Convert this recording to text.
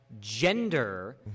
gender